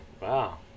wow